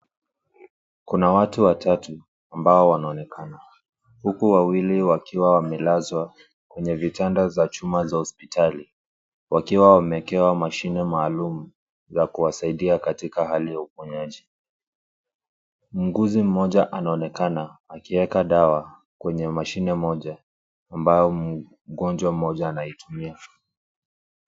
Kuna watu watatu ambao wanaonekana huku wawili wakiwa wamelazwa kwenye vitanda za chuma za hospitali wakiwa wamewekewa mashine maalum za kuwasaidia katika hali ya uponyaji. Muuguzi mmoja anaonekana akiweka dawa kwenye mashine moja ambayo mgonjwa mmoja anaitumia.